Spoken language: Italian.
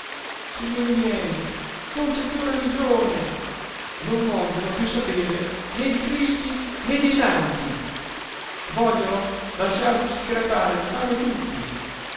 signori miei non c'è più religione non vogliono più sapere né di cristi né di santi vogliono lasciarci crepare di fame tutti